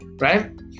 right